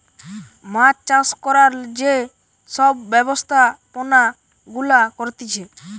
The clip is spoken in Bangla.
মাছ চাষ করার যে সব ব্যবস্থাপনা গুলা করতিছে